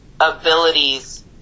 abilities